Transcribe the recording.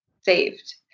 saved